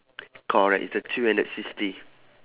correct it's the three hundred sixty